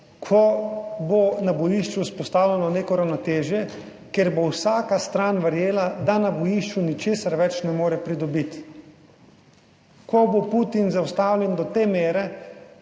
ko bo na bojišču vzpostavljeno neko ravnotežje, kjer bo vsaka stran verjela, da na bojišču ničesar več ne more pridobiti, ko bo Putin zaustavljen do te mere,